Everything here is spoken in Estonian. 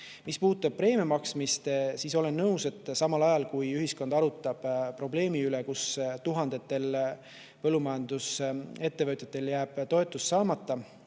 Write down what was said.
Mis puudutab preemia maksmist, siis olen nõus, et samal ajal, kui ühiskond arutab probleemi, et tuhandetel põllumajandusettevõtjatel jääb toetus saamata,